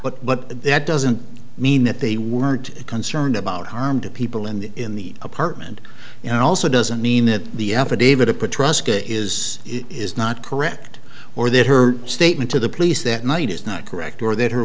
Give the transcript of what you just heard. but but that doesn't mean that they weren't concerned about harm to people in the in the apartment and also doesn't mean that the affidavit of patrol is is not correct or that her statement to the police that night is not correct or that her